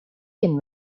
can